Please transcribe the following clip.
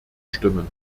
stimmen